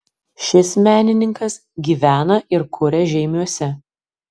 šis menininkas gyvena ir kuria žeimiuose